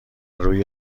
روی